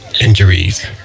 injuries